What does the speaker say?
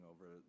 over